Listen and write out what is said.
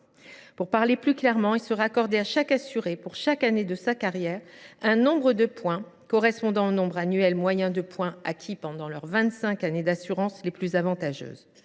Pour parler plus clairement, il serait accordé à chaque assuré, pour chaque année de sa carrière, un nombre de points correspondant au nombre annuel moyen de points acquis pendant ses vingt cinq années d’assurance les plus avantageuses.